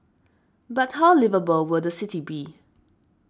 but how liveable will the city be